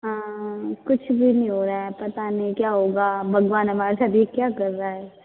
हाँ कुछ भी नहीं हो रहा है पता नहीं क्या होगा भगवान हमारे साथ ये क्या कर रहा है